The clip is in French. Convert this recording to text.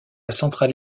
centrale